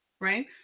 right